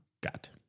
got